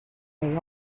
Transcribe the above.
they